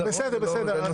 לחבר